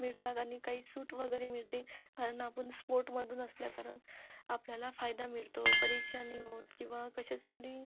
मिळतात आणि काही सूट वगैरे मिळते कारण आपण स्पोर्टमधून असल्याकारण आपल्याला फायदा मिळतो परीक्षा नाही होत किंवा कशासाठी